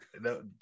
no